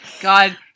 God